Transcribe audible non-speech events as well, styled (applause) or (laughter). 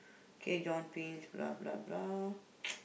okay John pins blah blah blah (noise)